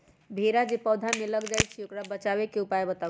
भेरा जे पौधा में लग जाइछई ओ से बचाबे के उपाय बताऊँ?